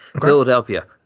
Philadelphia